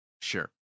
Sure